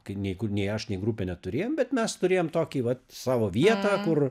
kai nei kur nei aš nei grupė neturėjom bet mes turėjom tokį vat savo vietą kur